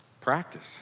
practice